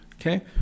okay